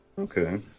Okay